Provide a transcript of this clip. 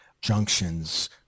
junctions